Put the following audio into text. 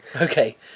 Okay